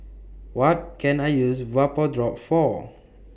What Can I use Vapodrops For